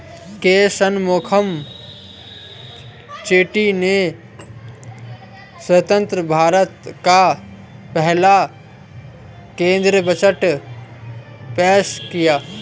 के शनमुखम चेट्टी ने स्वतंत्र भारत का पहला केंद्रीय बजट पेश किया